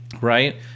right